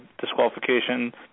disqualification